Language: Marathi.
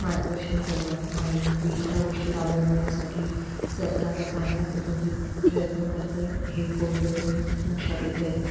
मार्गदर्शन करणं आणि ती त्या गोष्टी राबवणं यासाठी सरकार चांगल्या पद्धतीत प्रयत्न करत आहे हे कोविडवरून लक्षात येत आहे